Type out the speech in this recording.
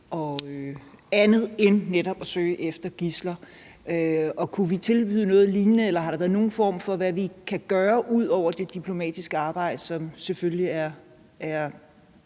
andet end netop at søge efter gidsler. Kunne vi tilbyde noget lignende, eller har der været noget om, hvad vi kunne gøre ud over det diplomatiske arbejde, som selvfølgelig er